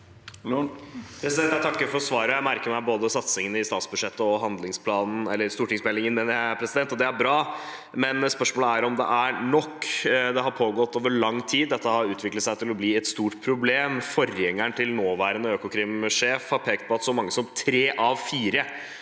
Jeg takker for svaret, og jeg merker meg satsingen i både statsbudsjettet og stortingsmeldingen. Det er bra, men spørsmålet er om det er nok. Dette har pågått over lang tid. Dette har utviklet seg til å bli et stort problem. Forgjengeren til nåværende Økokrim-sjef har pekt på at så mange som tre av fire